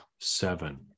Seven